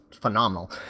phenomenal